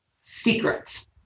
secret